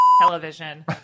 television